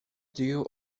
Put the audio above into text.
deal